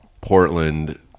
Portland